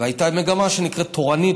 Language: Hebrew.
והייתה מגמה שנקראת "תורנית",